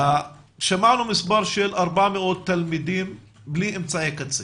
שמענו על 400,000 תלמידים בלי אמצעי קצה.